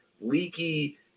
leaky